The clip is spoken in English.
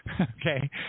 okay